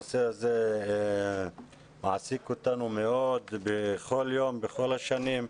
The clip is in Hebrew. הנושא הזה מעסיק אותנו מאוד בכל יום, בכל השנים.